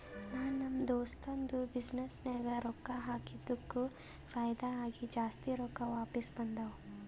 ನಾ ನಮ್ ದೋಸ್ತದು ಬಿಸಿನ್ನೆಸ್ ನಾಗ್ ರೊಕ್ಕಾ ಹಾಕಿದ್ದುಕ್ ಫೈದಾ ಆಗಿ ಜಾಸ್ತಿ ರೊಕ್ಕಾ ವಾಪಿಸ್ ಬಂದಾವ್